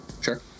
Sure